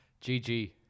GG